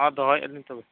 ᱢᱟ ᱫᱚᱦᱚᱭᱮᱜ ᱟᱹᱞᱤᱧ ᱛᱚᱵᱮ